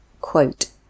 Quote